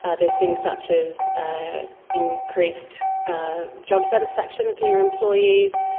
ah there's things such as ah increased ah job satisfaction for your employees,